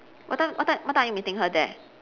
what time what time what time are you meeting her there